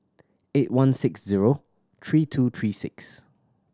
eight one six zero three two three six